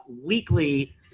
weekly